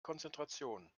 konzentration